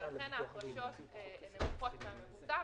ולכן ההפרשות נמוכות מהממוצע,